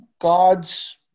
God's